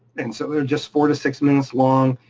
and so they're just four to six minutes long.